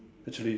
actually